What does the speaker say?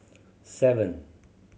seven